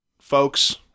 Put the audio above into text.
folks